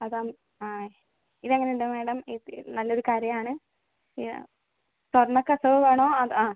അകം ആ ഇത് എങ്ങനെ ഉണ്ട് മേഡം ഇത് നല്ലൊരു കരയാണ് ഇത് സ്വർണ്ണ കസവ് വേണോ അത് ആ